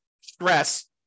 stress